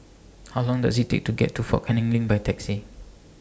How Long Does IT Take to get to Fort Canning LINK By Taxi